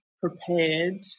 prepared